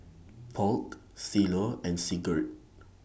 Polk Shiloh and Sigurd